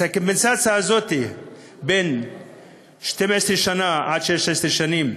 אז הקומפנסציה הזאת בין 12 שנה ל-16 שנים